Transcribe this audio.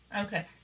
Okay